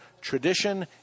tradition